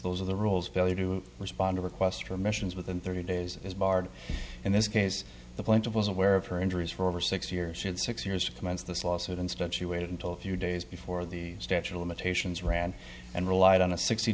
those are the rules failure to respond to requests for missions within thirty days is barred in this case the plaintiff was aware of her injuries for over six years she had six years to commence this lawsuit instead she waited until a few days before the statute of limitations ran and relied on a sixty